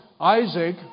Isaac